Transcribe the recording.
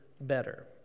better